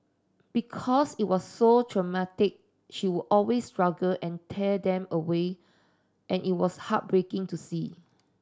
because it was so traumatic she would always struggle and tear them away and it was heartbreaking to see